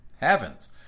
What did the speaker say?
Heavens